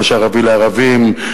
מה שערבי לערבים,